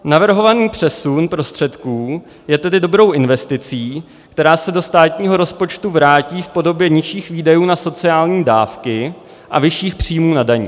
Navrhovaný přesun prostředků je tedy dobrou investicí, která se do státního rozpočtu vrátí v podobě nižších výdajů na sociální dávky a vyšších příjmů na daních.